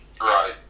Right